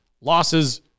losses